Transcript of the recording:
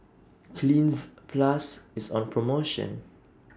Cleanz Plus IS on promotion